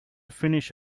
finish